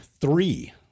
three